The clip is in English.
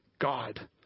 God